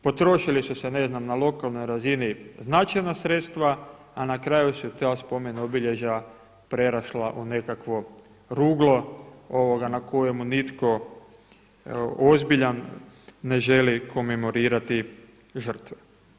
Potrošili su se ne znam na lokalnoj razini značajna sredstva, a na kraju su ta spomen-obilježja prerasla u nekakvo ruglo na kojemu nitko ozbiljan ne želi komemorirati žrtve.